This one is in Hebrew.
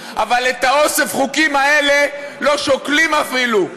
אבל את אוסף החוקים האלה לא שוקלים אפילו,